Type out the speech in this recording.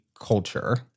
culture